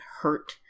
hurt